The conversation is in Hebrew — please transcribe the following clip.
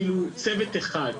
צוות אחד.